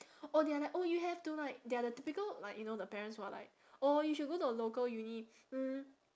oh they are like oh you have to like they're the typical like you know the parents who are like oh you should go to a local uni hmm